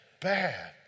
bad